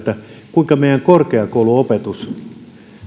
kuinka meidän korkeakouluopetus